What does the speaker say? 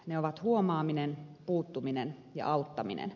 ne ovat huomaaminen puuttuminen ja auttaminen